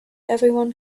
everyone